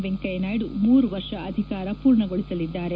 ವೆಂಕಯ್ಯನಾಯ್ಡ ಮೂರು ವರ್ಷ ಅಧಿಕಾರ ಪೂರ್ಣಗೊಳಿಸಲಿದ್ದಾರೆ